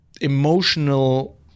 emotional